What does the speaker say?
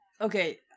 Okay